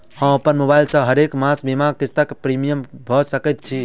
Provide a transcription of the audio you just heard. हम अप्पन मोबाइल सँ हरेक मास बीमाक किस्त वा प्रिमियम भैर सकैत छी?